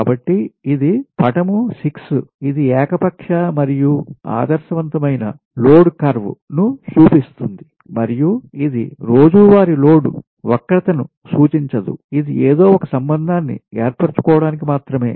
కాబట్టి ఇది పటం 6 ఇది ఏకపక్ష మరియు ఆదర్శవంతమైన లోడ్ కర్వ్ వక్రత curveను చూపిస్తుంది మరియు ఇది రోజువారీ లోడ్ వక్రతను సూచించదు ఇది ఏదో ఒక సంబంధాన్ని ఏర్పరచుకోవటానికి మాత్రమే